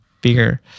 bigger